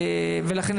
ולכן,